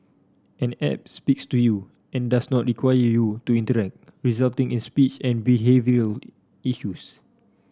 an app speaks to you and does not require you to interact resulting in speech and issues